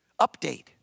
update